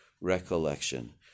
recollection